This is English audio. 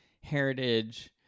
heritage